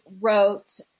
wrote